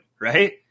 right